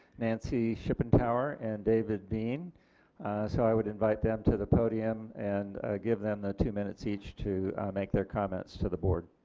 nancy shippentower and david beams so i would invite them to the podium and give them two minutes each to make their comments to the board.